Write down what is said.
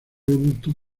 robusto